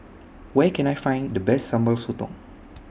Where Can I Find The Best Sambal Sotong